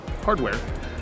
hardware